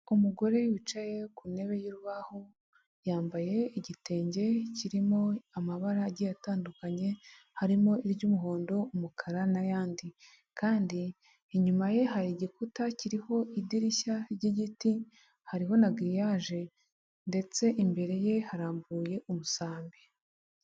Umugore wicaye ku ntebe y'urubaho, yambaye igitenge kirimo amabara agiye atandukanye, harimo iry'umuhondo, umukara n'ayandi kandi inyuma ye hari igikuta kiriho idirishya ry'igiti, hariho na giriyaje ndetse imbere ye harambuye umusambi.